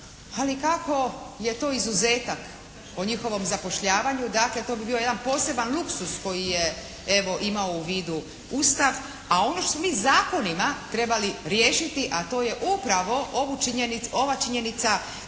Ali kako je to izuzetak o njihovom zapošljavanju, dakle to bi bio jedan poseban luksuz koji je evo imao u vidu Ustav a ono što smo mi zakonima trebali riješiti a to je upravo ova činjenica da njihovo